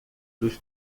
dos